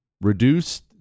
Reduce